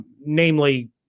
namely